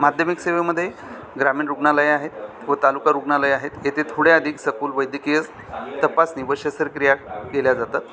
माध्यमिक सेवेमध्ये ग्रामीण रुग्णालयं आहेत व तालुका रुग्णालयं आहेत येथे थोड्या अधिक सखोल वैद्यकीय तपासणी व शस्त्रक्रिया केल्या जातात